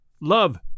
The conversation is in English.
love